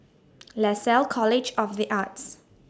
Lasalle College of The Arts